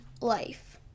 life